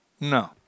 No